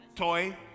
Toy